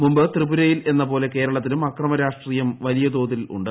മുമ്പ് ത്രിപുരയിൽ എന്നപോലെ കേരളത്തിലും അക്രമ രാഷ്ട്രീയം വലിയതോതിൽ ഉണ്ട്